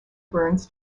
burns